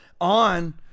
on